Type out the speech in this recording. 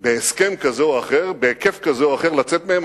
בהסכם כזה או אחר, בהיקף כזה או אחר, לצאת מהם.